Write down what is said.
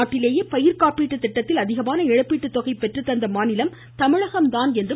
நாட்டிலேயே பயிர்க்காப்பீட்டு திட்டத்தில் அதிகமான இழப்பீட்டுத் தொகை பெற்றுத் தந்த மாநிலம் தமிழகம் தான் என்று கூறினார்